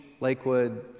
Lakewood